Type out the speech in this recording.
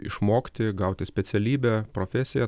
išmokti gauti specialybę profesiją